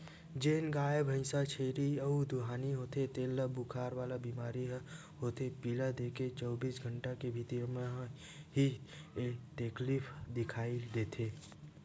जेन गाय, भइसी, छेरी ह दुहानी होथे तेन ल बुखार वाला बेमारी ह होथे पिला देके चौबीस घंटा के भीतरी म ही ऐ तकलीफ दिखउल देथे